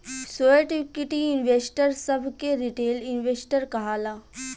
sweat equity investor सभ के retail investor कहाला